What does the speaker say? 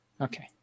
Okay